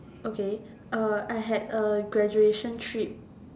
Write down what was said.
okay I had a graduation trip